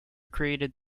created